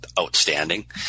outstanding